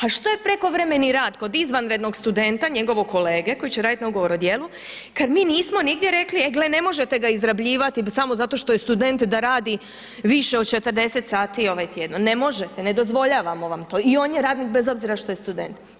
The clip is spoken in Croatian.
A što je prekovremeni rad kod izvanrednog studenta njegovog kolege koji će raditi na ugovor o djelu kada mi nismo nigdje rekli e gle, ne možete ga izrabljivati samo zato što je student da radi više od 40 sati tjedno, ne možete, ne dozvoljavamo vam to i on je radnik bez obzira što je student.